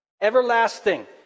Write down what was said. Everlasting